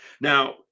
now